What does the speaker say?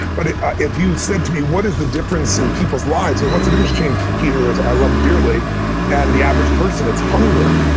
but if you said to me, what is the difference in people's lives? what's the difference between peter as i love dearly and the average person? it's hunger.